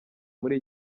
muri